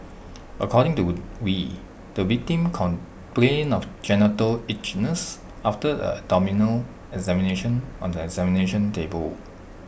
according to wee the victim complained of genital itchiness after the abdominal examination on the examination table